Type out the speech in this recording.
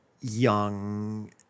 young